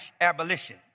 abolition